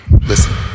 listen